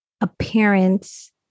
appearance